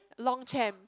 Longchamp